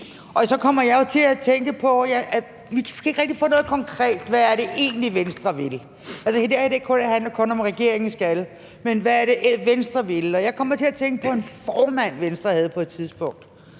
Så kommer jeg jo til at tænke på, at vi ikke rigtig kan få noget konkret at vide om, hvad det egentlig er Venstre vil. Altså, det her handler kun om, hvad regeringen skal, men hvad er det, Venstre vil? Jeg kommer til at tænke på en formand, Venstre havde på et tidspunkt,